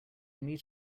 need